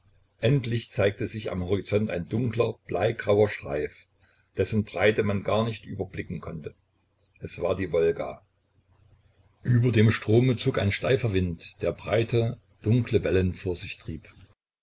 endlich zeigte sich am horizont ein dunkler bleigrauer streif dessen breite man gar nicht überblicken konnte es war die wolga über dem strome zog ein steifer wind der breite dunkle wellen vor sich trieb